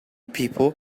people